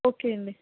okay అండి